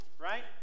right